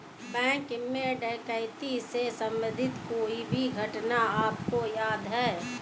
Bank में डकैती से संबंधित कोई घटना आपको याद है?